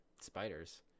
spiders